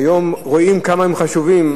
היום רואים כמה הם חשובים,